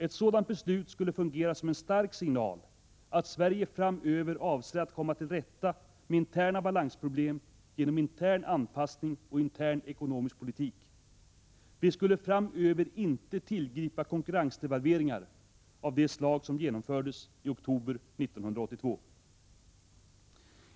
Ett sådant beslut skulle fungera som en stark signal att Sverige framöver avser att komma till rätta med interna balansproblem genom intern anpassning och intern ekonomisk politik. Vi skulle framöver inte tillgripa konkurrensdevalveringar av det slag som genomfördes i oktober 1982.